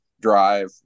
drive